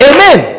Amen